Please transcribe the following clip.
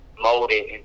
molded